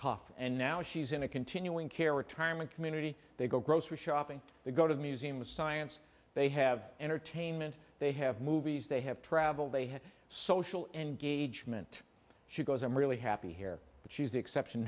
tough and now she's in a continuing care retirement community they go grocery shopping they go to the museum of science they have entertainment they have movies they have travel they have social engagement she goes i'm really happy here but she's the exception